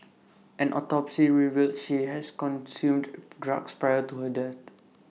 an autopsy revealed she has consumed drugs prior to her death